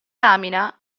lamina